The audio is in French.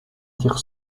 dire